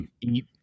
eat